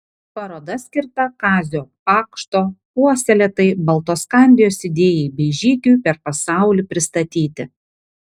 paroda skirta kazio pakšto puoselėtai baltoskandijos idėjai bei žygiui per pasaulį pristatyti